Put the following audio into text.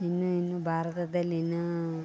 ಇನ್ನು ಇನ್ನು ಭಾರತದಲ್ಲಿ ಇನ್ನು